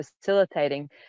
facilitating